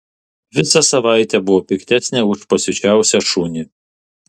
visą savaitę buvo piktesnė už pasiučiausią šunį